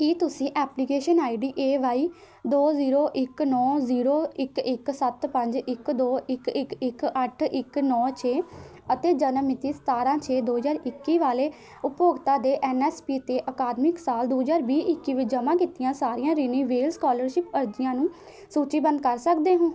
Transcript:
ਕੀ ਤੁਸੀਂ application I D A Y ਦੋ zero ਇੱਕ ਨੌ ਜ਼ੀਰੋ ਇੱਕ ਇੱਕ ਸੱਤ ਪੰਜ ਇੱਕ ਦੋ ਇੱਕ ਇੱਕ ਇੱਕ ਅੱਠ ਇੱਕ ਨੌ ਛੇ ਅਤੇ ਜਨਮ ਮਿਤੀ ਸਤਾਰ੍ਹਾਂ ਛੇ ਦੋ ਹਜ਼ਾਰ ਇੱਕੀ ਵਾਲੇ ਉਪਭੋਗਤਾ ਦੇ ਐੱਨ ਐਸ ਪੀ 'ਤੇ ਅਕਾਦਮਿਕ ਸਾਲ ਦੋ ਹਜ਼ਾਰ ਵੀਹ ਇੱਕੀ ਵਿੱਚ ਜਮ੍ਹਾਂ ਕੀਤੀਆਂ ਸਾਰੀਆਂ ਰਿਨਿਵੇਲ ਸਕਾਲਰਸ਼ਿਪ ਅਰਜ਼ੀਆਂ ਨੂੰ ਸੂਚੀਬੱਧ ਕਰ ਸਕਦੇ ਹੋ